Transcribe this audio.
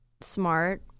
smart